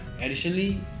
additionally